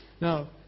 Now